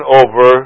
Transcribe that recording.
over